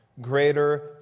greater